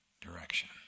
direction